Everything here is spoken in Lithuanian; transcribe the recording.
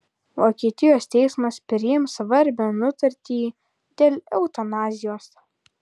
vokietijos teismas priims svarbią nutartį dėl eutanazijos